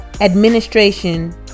administration